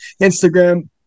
Instagram